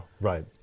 right